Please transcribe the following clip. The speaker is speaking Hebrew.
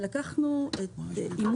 לקחנו את שלוש הרגולציות המשמעותיות ביותר.